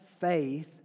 faith